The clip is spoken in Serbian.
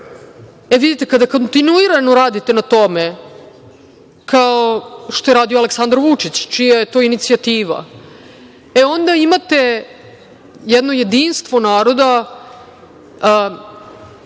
dalje. Vidite kada kontinuirano radite na tome kao što je radio Aleksandar Vučić, čija je to inicijativa, onda imate jedno jedinstvo naroda